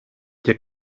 και